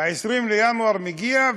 20 בינואר מגיע,